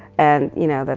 and you know, but